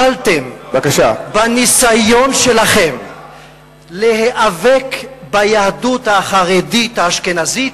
שכשלתם בניסיון שלכם להיאבק ביהדות החרדית האשכנזית.